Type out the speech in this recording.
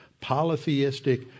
polytheistic